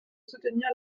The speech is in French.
soutenir